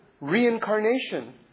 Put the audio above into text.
reincarnation